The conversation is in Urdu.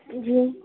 جی